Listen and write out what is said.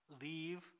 leave